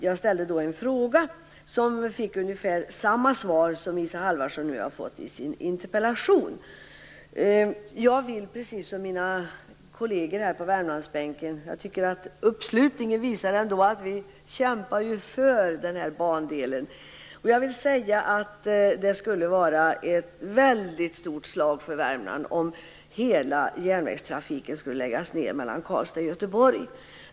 Jag ställde då en fråga som fick ungefär samma svar som Isa Halvarsson nu har fått på sin interpellation. Uppslutningen här i dag visar att jag och mina kolleger här på Värmlandsbänken kämpar för den här bandelen. Jag vill säga att det skulle vara ett mycket stort slag för Värmland om hela järnvägstrafiken skulle läggas ned mellan Karlstad och Göteborg.